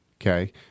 okay